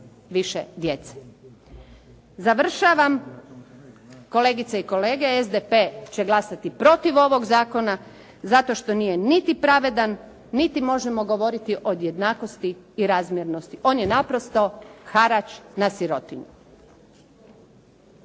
više djece. Završavam, kolegice i kolege, SDP će glasati protiv ovog zakona zato što nije niti pravedan, niti možemo govoriti o jednakosti i razmjernosti. On je naprosto harač na sirotinju.